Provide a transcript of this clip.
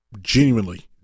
genuinely